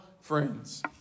friends